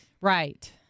Right